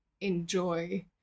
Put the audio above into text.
enjoy